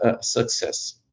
success